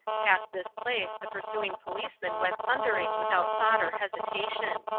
past this place the pursuing policeman went thundering without thought or hesitation.